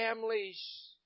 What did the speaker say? families